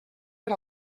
per